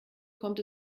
kommt